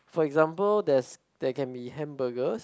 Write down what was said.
for example there's there can be hamburgers